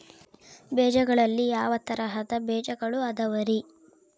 ಬೇಜಗಳಲ್ಲಿ ಯಾವ ತರಹದ ಬೇಜಗಳು ಅದವರಿ?